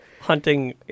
Hunting